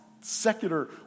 secular